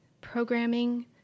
programming